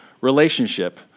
relationship